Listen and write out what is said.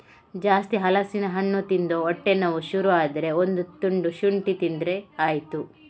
ಜಾಸ್ತಿ ಹಲಸಿನ ಹಣ್ಣು ತಿಂದು ಹೊಟ್ಟೆ ನೋವು ಶುರು ಆದ್ರೆ ಒಂದು ತುಂಡು ಶುಂಠಿ ತಿಂದ್ರೆ ಆಯ್ತು